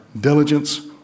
diligence